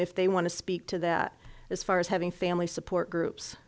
if they want to speak to that as far as having family support